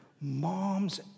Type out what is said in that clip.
moms